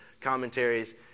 commentaries